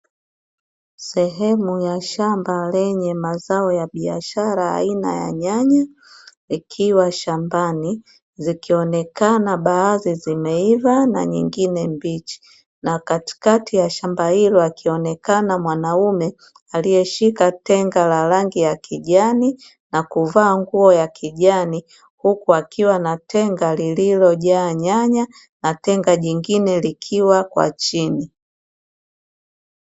Sehemu ya shamba lenye mazao ya biashara aina ya nyanya zikiwa shambani, zikionekana baadhi zimeiva na nyingine mbichi. Na katikati ya shamba hilo akionekana mwanaume aliyeshika tenga la rangi ya kijani na kuvaa nguo ya kijani, huku akiwa na tenga lililojaa nyanya na tenga jingine likiwa kwa chini.